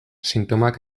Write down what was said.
sintomak